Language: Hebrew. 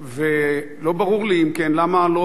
לא ברור לי, אם כן, למה לא לאמץ אותו.